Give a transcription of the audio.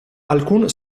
alcun